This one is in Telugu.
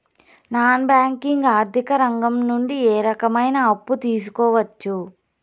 నాన్ బ్యాంకింగ్ ఆర్థిక రంగం నుండి ఏ రకమైన అప్పు తీసుకోవచ్చు?